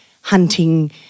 hunting